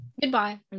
goodbye